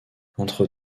entre